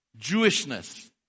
Jewishness